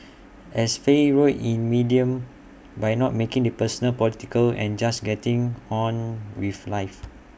as Faye wrote in medium by not making the personal political and just getting on with life